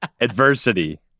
adversity